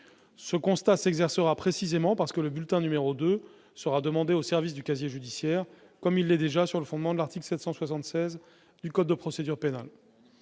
Le constat s'exercera précisément parce que le bulletin numéro 2 sera demandé au service du casier judiciaire, comme il l'est déjà sur le fondement de l'article 776 du code de procédure pénale.